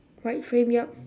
white frame yup